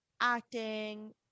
acting